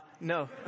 No